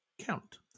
count